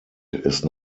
ist